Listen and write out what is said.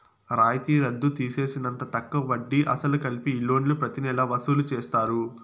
రాయితీ రద్దు తీసేసినంత తక్కువ వడ్డీ, అసలు కలిపి ఈ లోన్లు ప్రతి నెలా వసూలు చేస్తారు